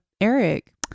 Eric